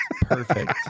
Perfect